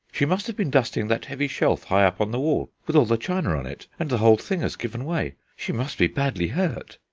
she must have been dusting that heavy shelf high up on the wall with all the china on it, and the whole thing has given way. she must be badly hurt!